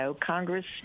Congress